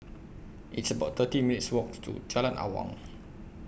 It's about thirty minutes' Walk to Jalan Awang